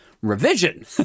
revision